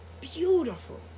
Beautiful